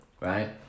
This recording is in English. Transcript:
right